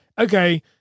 okay